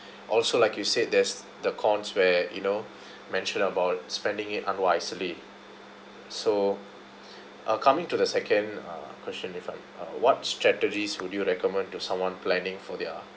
also like you said there's the cons where you know mentioned about spending it unwisely so uh coming to the second uh question if I uh what strategies would you recommend to someone planning for their